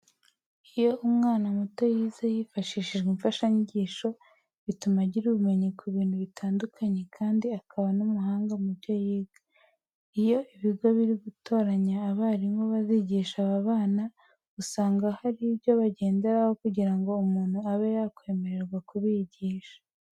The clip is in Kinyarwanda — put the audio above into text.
Iyo umwana muto yize hifashishijwe imfashanyigisho bituma agira ubumenyi ku bintu bitandukanye kandi akaba n'umuhanga mu byo yiga. Iyo ibigo biri gutoranya abarimu bazigisha aba bana, usanga hari ibyo bagenderaho kugira ngo umuntu abe yakwemererwa kubigisha.